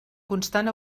constant